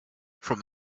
from